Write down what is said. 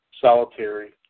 solitary